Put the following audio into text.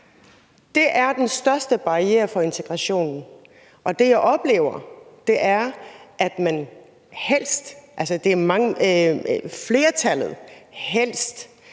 Det er den største barriere for integrationen. Det, jeg oplever, er, at flertallet helst